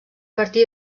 partir